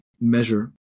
measure